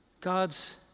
God's